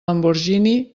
lamborghini